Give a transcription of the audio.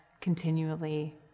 continually